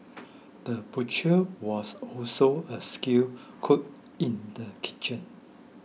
the butcher was also a skilled cook in the kitchen